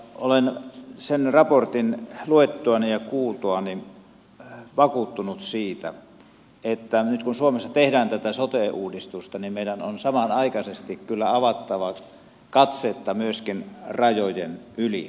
olen sen raportin luettuani ja kuultuani vakuuttunut siitä että nyt kun suomessa tehdään tätä sote uudistusta niin meidän on samanaikaisesti kyllä avattava katsetta myöskin rajojen yli